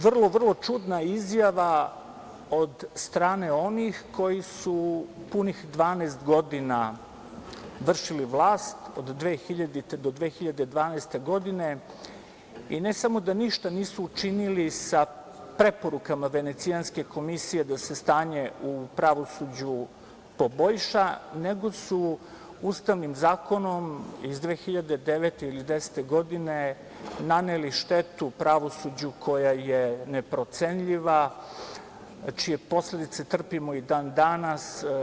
Vrlo čudna izjava od strane onih koji su punih 12 godina vršili vlast, od 2000. do 2012. godine, i ne samo da ništa nisu učinili sa preporukama Venecijanske komisije da se stanje u pravosuđu poboljša, nego su Ustavnim zakonom iz 2009. ili 2010. godine naneli štetu pravosuđu koja je neprocenjiva, čije posledice trpimo i dan danas.